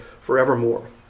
forevermore